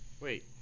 Wait